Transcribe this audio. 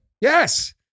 Yes